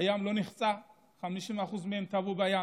הים לא נחצה, 50% מהם טבעו בים